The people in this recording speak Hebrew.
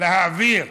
להעביר